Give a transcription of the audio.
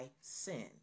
sin